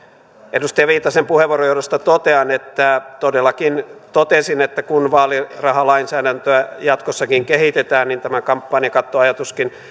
edustaja viitasen puheenvuoron johdosta totean että todellakin totesin että kun vaalirahalainsäädäntöä jatkossakin kehitetään niin tämä kampanjakattoajatuskin